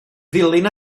ddilyn